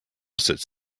sits